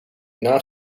naam